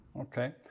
Okay